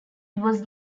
was